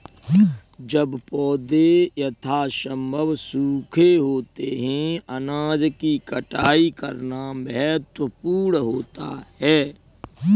जब पौधे यथासंभव सूखे होते हैं अनाज की कटाई करना महत्वपूर्ण होता है